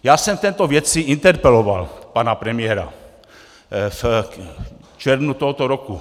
Já jsem v této věci interpeloval pana premiéra v červnu tohoto roku.